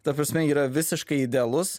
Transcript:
ta prasme yra visiškai idealus